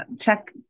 Check